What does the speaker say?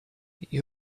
you